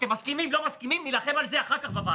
אתם מסכימים או לא מסכימים נילחם על זה אחר כך בוועדה.